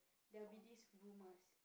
there will be this rumours